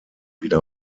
wieder